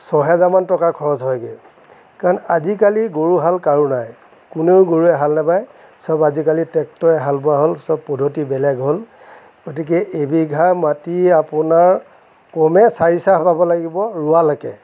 ছহেজাৰমান টকা খৰচ হয়গৈ কাৰণ আজিকালি গৰু হাল কাৰো নাই কোনেও গৰুৰে হাল নাবায় চব আজি কালি টেক্টৰেৰে হাল বোৱা হ'ল চব পদ্ধতি বেলেগ হ'ল গতিকে এবিঘা মাটি আপোনাৰ কমেও চাৰিচাহ বাব লাগিব ৰোৱালৈকে